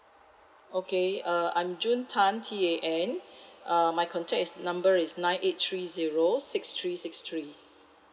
okay uh I'm june tan T A N uh my contact is number is nine eight three zero six three six three